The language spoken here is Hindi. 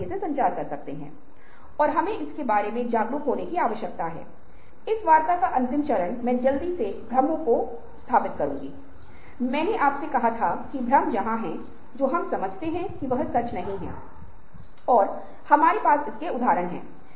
इसी तरह आप पा सकते हैं कि केकुले ने बेंजीन के आकार के बारे में विचार दिया है जो C 6 H 6 के लिए खड़ा है